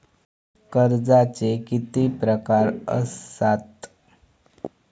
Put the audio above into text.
कर्जाचे किती प्रकार असात?